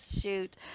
shoot